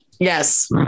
Yes